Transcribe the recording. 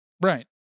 Right